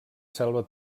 selva